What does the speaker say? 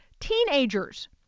teenagers